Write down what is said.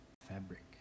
fabric